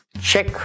check